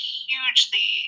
hugely